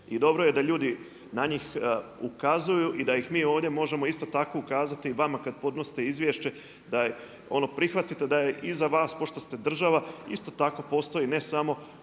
I dobro je da ljudi na njih ukazuju i da i mi ovdje možemo isto tako ukazati vama kada podnosite izvješće da prihvatite da je iza vas pošto ste država isto tako postoji ne samo